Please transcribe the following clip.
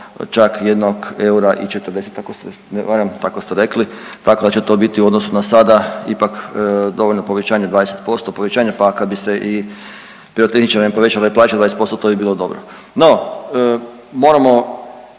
ne varam tako ste rekli tako da će to biti u odnosu na sada ipak dovoljno povećanje od 20% povećanja pa kad bi se i pirotehničarima povećale plaće 20% to bi bilo dobro. No moramo